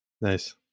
Nice